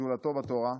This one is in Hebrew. לגדולתו בתורה,